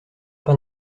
pas